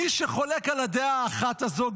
מי שחולק על הדעה האחת הזאת,